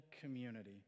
community